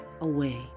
away